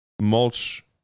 mulch